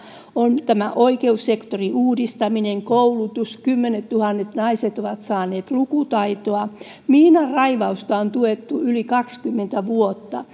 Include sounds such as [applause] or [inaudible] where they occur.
on tämä oikeussektorin uudistaminen koulutus kymmenettuhannet naiset ovat saaneet lukutaitoa ja miinanraivausta on tuettu yli kaksikymmentä vuotta [unintelligible]